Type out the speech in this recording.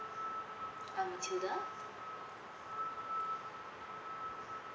I'm matheder